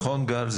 נכון, גל?